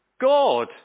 God